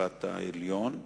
בית-המשפט העליון.